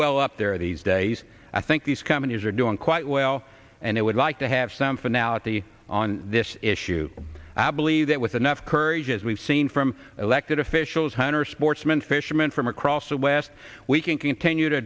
well up there these days i think these companies are doing quite well and i would like to have some finality on this issue i believe that with enough courage as we've seen from elected officials hundreds sportsman fishermen from across the west we can continue to